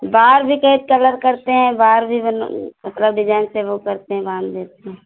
बाल भी कहित कलर करते हैं बाल भी मतलब डिजाइन से वह करते हैं बाँध देते हैं